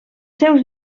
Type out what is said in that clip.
seus